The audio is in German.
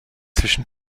zwischen